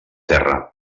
terra